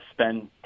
spend